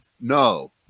No